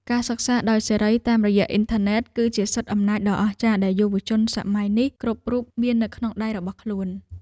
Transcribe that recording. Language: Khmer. ការសិក្សាដោយសេរីតាមរយៈអ៊ីនធឺណិត គឺជាសិទ្ធិអំណាចដ៏អស្ចារ្យដែលយុវជនសម័យនេះគ្រប់រូបមាននៅក្នុងដៃរបស់ខ្លួន។